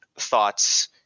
thoughts